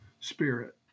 Spirit